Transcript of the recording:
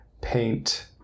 paint